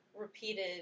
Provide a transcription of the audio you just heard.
repeated